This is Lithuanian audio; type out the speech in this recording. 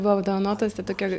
buvo apdovanotas ta tokia